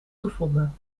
gevonden